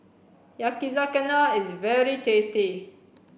Yakizakana is very tasty